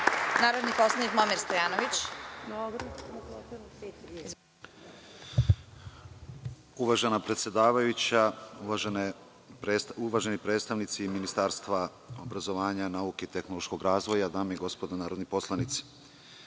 Izvolite. **Momir Stojanović** Uvažena predsedavajuća, uvaženi predstavnici Ministarstva obrazovanja, nauke i tehnološkog razvoja, dame i gospodo narodni poslanici,